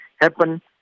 happen